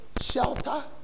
shelter